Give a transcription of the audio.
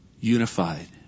unified